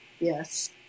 yes